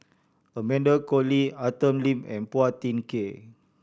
Amanda Koe Lee Arthur Lim and Phua Thin Kiay